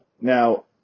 Now